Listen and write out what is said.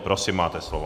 Prosím, máte slovo.